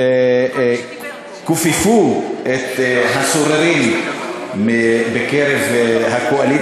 וכופפו את הסוררים בקרב הקואליציה.